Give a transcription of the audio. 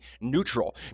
neutral